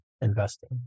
investing